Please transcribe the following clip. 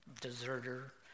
Deserter